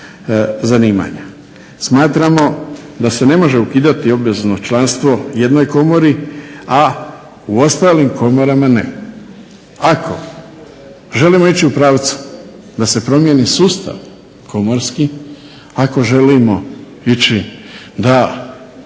zanimanja. Smatramo da se ne može ukidati obvezno članstvo jednoj komori, a u ostalim komorama ne. Ako želimo ići u pravcu da se promijeni sustav komorski, ako želimo ići da se ide